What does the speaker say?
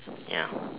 ya